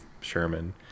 Sherman